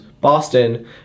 Boston